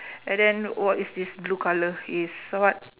and then what is this blue colour is what